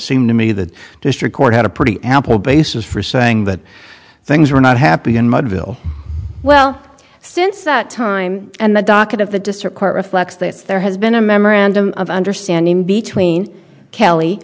seemed to me that district court had a pretty ample basis for saying that things were not happy in mudville well since that time and the docket of the district court reflects that there has been a memorandum of understanding between kell